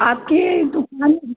आपकी दुक़ान